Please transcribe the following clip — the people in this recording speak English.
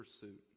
pursuit